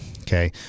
Okay